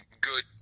good